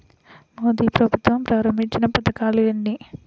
మోదీ ప్రభుత్వం ప్రారంభించిన పథకాలు ఎన్ని?